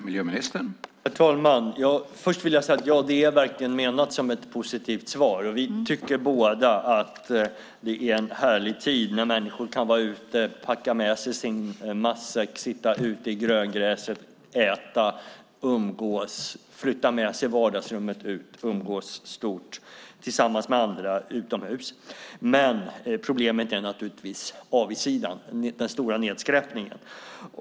Herr talman! Först vill jag säga att det verkligen är menat som ett positivt svar. Vi tycker båda att det är en härlig tid när människor kan vara ute - packa med sig matsäck, sitta ute i gröngräset och äta och umgås, flytta med sig vardagsrummet ut och umgås stort tillsammans med andra utomhus. Men problemet är naturligtvis avigsidan, alltså den stora nedskräpningen.